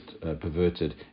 perverted